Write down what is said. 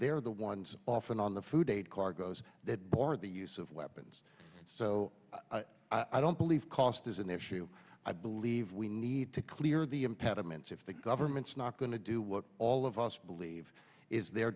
they are the ones often on the food aid cargoes that bar the use of weapons so i don't believe cost is an issue i believe we need to clear the impediments if the government's not going to do what all of us believe is their